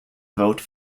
vote